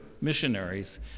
missionaries